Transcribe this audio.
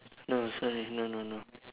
no sorry no no no